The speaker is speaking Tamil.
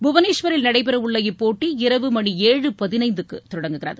புவனேஸ்வரில் நடைபெறவுள்ள இப்போட்டி இரவு மணி ஏழு பதினைந்துக்குதொடங்குகிறது